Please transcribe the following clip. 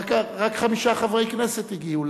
רק חמישה חברי כנסת הגיעו,